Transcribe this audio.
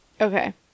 Okay